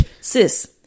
sis